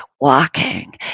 walking